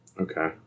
Okay